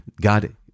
God